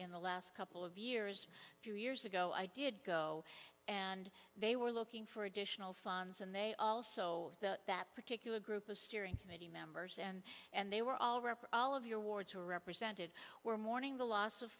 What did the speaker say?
in the last couple of years few years ago i did go and they were looking for additional funds and they also that particular group of steering committee members and and they were already have your wards were represented were mourning the loss of